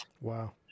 Wow